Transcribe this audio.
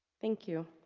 thank you.